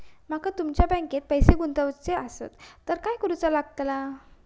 माका तुमच्या बँकेत पैसे गुंतवूचे आसत तर काय कारुचा लगतला?